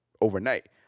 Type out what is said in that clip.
overnight